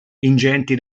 ingenti